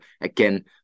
again